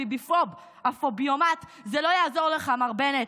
הביביפוב, הפוביומט, זה לא יעזור לך, מר בנט.